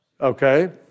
Okay